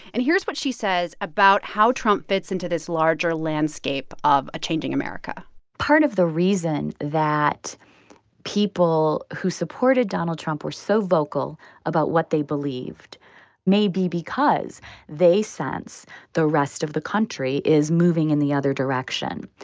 and here's what she says about how trump fits into this larger landscape of a changing america part of the reason that people who supported donald trump were so vocal about what they believed may be because they sense the rest of the country is moving in the other direction.